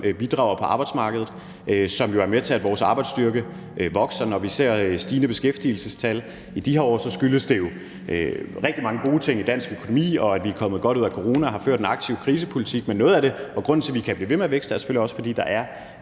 bidrager på arbejdsmarkedet, og som jo er med til, at vores arbejdsstyrke vokser. Når vi ser stigende beskæftigelsestal i de her år, skyldes det jo rigtig mange gode ting i dansk økonomi, og at vi er kommet godt ud af corona og har ført en aktiv krisepolitik, men noget af grunden til, at vi kan blive ved med at vækste, er selvfølgelig også, at der er